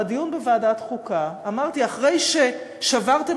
בדיון בוועדת החוקה אמרתי: אחרי ששברתם